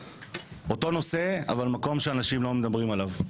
באותו נושא אבל למקום שאנשים לא מדברים עליו.